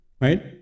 right